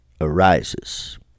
arises